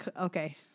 okay